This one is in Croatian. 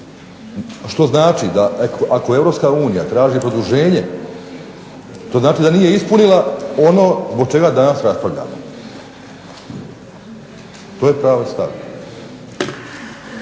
Što znači da ako EU traži produženje to znači da nije ispunila ono zbog čega danas raspravljamo. To je pravi stav.